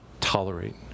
tolerate